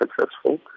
successful